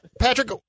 Patrick